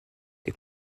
les